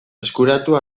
eskuratu